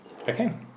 Okay